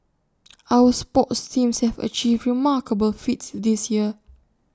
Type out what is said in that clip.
our sports teams have achieved remarkable feats this year